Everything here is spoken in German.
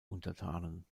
untertanen